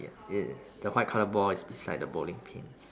yeah the white colour ball is beside the bowling pins